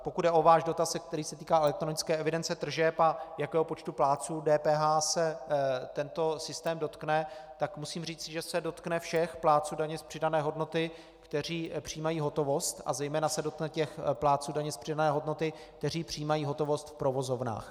Pokud jde o váš dotaz, který se týká elektronické evidence tržeb a jakého počtu plátců DPH se tento systém dotkne, tak musím říci, že se dotkne všech plátců daně z přidané hodnoty, kteří přijímají hotovost, a zejména se dotkne těch plátců daně z přidané hodnoty, kteří přijímají hotovost v provozovnách.